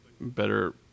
better